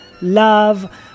love